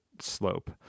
slope